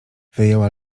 wyjęła